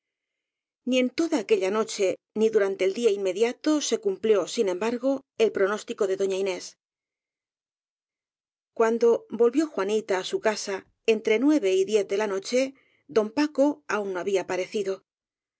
ni en toda aquella noche ni durante el día in mediato se cumplió sin embargo el pronóstico de doña inés cuando volvió juanita á su casa entre nueve y diez de la noche don paco aún no había parecido